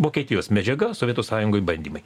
vokietijos medžiaga sovietų sąjungoj bandymai